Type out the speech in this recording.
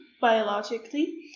biologically